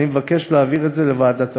אני מבקש להעביר את זה לוועדת הפנים.